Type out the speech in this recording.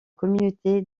communauté